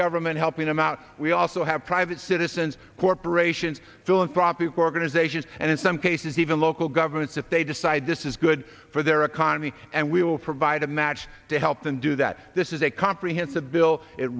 government helping them out we also have private citizens corporations philanthropic organizations and in some cases even local governments if they decide this is good for their economy and we will provide a match to help them do that this is a comprehensive bill it